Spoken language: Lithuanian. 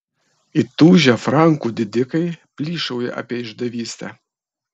įtūžę frankų didikai plyšauja apie išdavystę